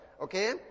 Okay